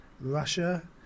russia